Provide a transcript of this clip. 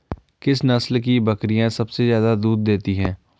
किस नस्ल की बकरीयां सबसे ज्यादा दूध देती हैं?